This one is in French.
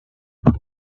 oui